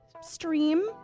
stream